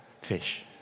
fish